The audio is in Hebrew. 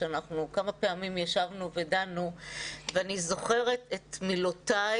אנחנו כמה פעמים ישבנו ודנו ואני זוכרת את מילותיי